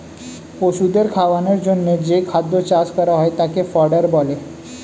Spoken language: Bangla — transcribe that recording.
পশুদের খাওয়ানোর জন্যে যেই খাদ্য চাষ করা হয় তাকে ফডার বলে